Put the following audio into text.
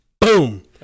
boom